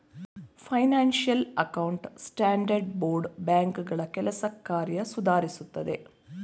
financial account standard board ಬ್ಯಾಂಕ್ಗಳ ಕೆಲಸ ಕಾರ್ಯ ಸುಧಾರಿಸುತ್ತದೆ